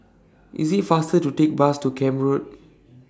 IS IT faster to Take Bus to Camp Road